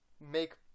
make